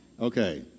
Okay